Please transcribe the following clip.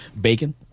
bacon